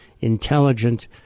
intelligent